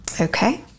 Okay